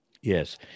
Yes